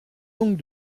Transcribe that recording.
donc